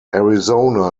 arizona